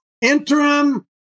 Interim